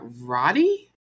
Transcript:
Roddy